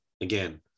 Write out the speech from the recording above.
again